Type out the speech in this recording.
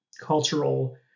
cultural